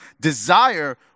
desire